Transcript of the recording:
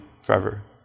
forever